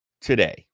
today